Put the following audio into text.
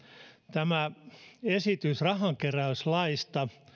tämä esitys rahankeräyslaiksi